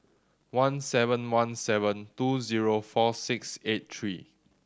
one seven one seven two zero four six eight three